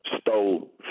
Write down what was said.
stole